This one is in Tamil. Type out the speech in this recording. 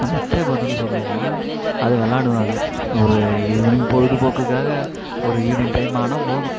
இந்த மட்டை பந்துனு சொல்லுவோம் அது விளாடுவாங்க ஒரு ஈவ்னிங் பொழுதுப்போக்குகாக ஒரு ஈவ்னிங் டைம் ஆனால் போதும்